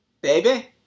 Baby